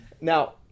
Now